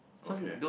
okay